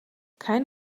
kein